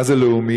מה זה לאומי?